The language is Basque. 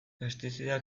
pestizida